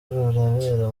rurabera